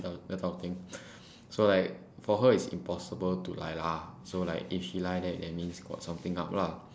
that kind of thing so like for her it's impossible to lie lah so like if she lie that that means got something up lah